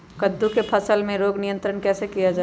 कददु की फसल में रोग नियंत्रण कैसे किया जाए?